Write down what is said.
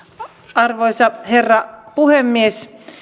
arvoisa herra puhemies